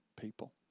people